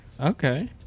okay